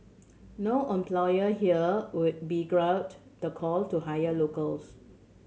no employer here would the call to hire locals